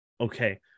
okay